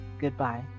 goodbye